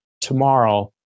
tomorrow